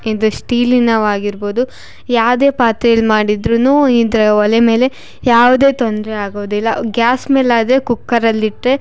ಇದು ಸ್ಟೀಲಿನವಾಗಿರ್ಬೊದು ಯಾವುದೇ ಪಾತ್ರೆಲಿ ಮಾಡಿದ್ರು ಈ ಥರ ಒಲೆ ಮೇಲೆ ಯಾವುದೇ ತೊಂದರೆ ಆಗೋದಿಲ್ಲ ಗ್ಯಾಸ್ ಮೇಲಾದರೆ ಕುಕ್ಕರಲ್ಲಿಟ್ಟರೆ